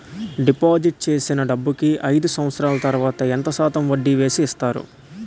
Deposit చేసిన డబ్బుకి అయిదు సంవత్సరాల తర్వాత ఎంత శాతం వడ్డీ వేసి ఇస్తారు?